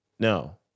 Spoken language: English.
No